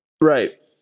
right